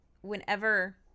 whenever